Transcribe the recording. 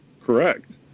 Correct